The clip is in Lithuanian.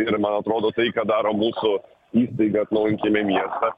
ir man atrodo tai ką daro mūsų įstaiga atnaujinkime miestą